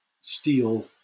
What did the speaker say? steel